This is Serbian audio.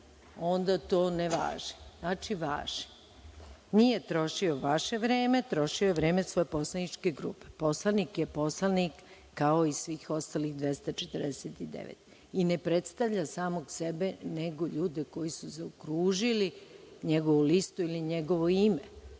onda to ne važi. Znači, važi. Nije trošio vaše vreme, trošio je vreme svoje poslaničke grupe. Poslanik je poslanik, kao i svih ostalih 249, i ne predstavlja samog sebe nego ljude koji su zaokružili njegovu listu ili njegovo ime,